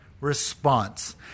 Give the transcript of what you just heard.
response